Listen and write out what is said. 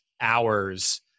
hours